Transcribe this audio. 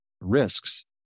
risks